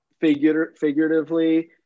figuratively